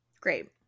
Great